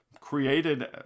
created